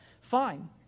Fine